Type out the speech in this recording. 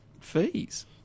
fees